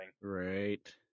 right